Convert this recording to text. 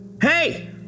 Hey